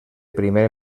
primer